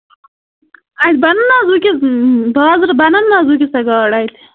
اَتہِ بَنان نا حظ وُنکٮ۪نَس بازرٕ بَنان نا حظ تۄہہِ گاڈٕ اَتہِ